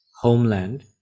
homeland